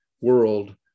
world